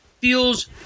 feels –